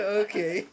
okay